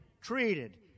treated